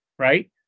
right